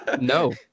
No